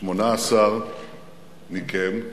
18 מכם,